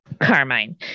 Carmine